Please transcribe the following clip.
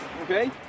Okay